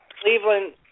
Cleveland